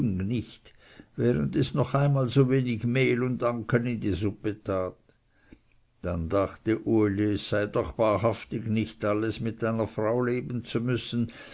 nicht während es noch einmal so wenig mehl und anken in die suppe tat dann dachte uli es sei doch wahrhaftig nicht alles mit einer frau leben zu müssen